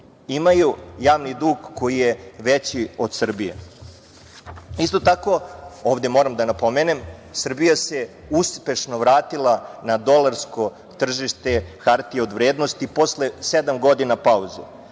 imaju javni dug koji je veći od Srbije. Isto tako, ovde moram da napomenem, Srbija se uspešno vratila na dolarsko tržište hartija od vrednosti posle sedam godina pauze.